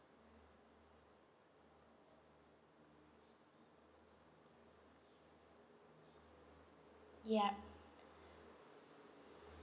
yup